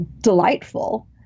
delightful